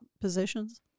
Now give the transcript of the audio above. positions